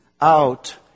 out